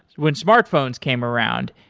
when smartphones came around,